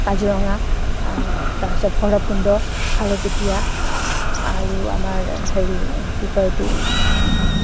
কাজিৰঙা তাৰপিছত ভৈৰৱকুণ্ড খাৰুপেটিয়া আৰু আমাৰ হেৰি কি কয় এইটো